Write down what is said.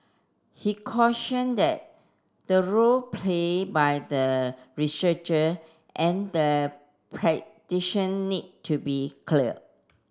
he caution that the role played by the researcher and the practitioner need to be clear